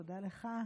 תודה לך.